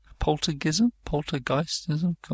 Poltergeistism